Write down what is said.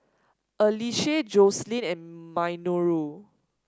Ashleigh Joseline and Minoru